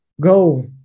go